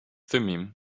thummim